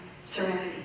serenity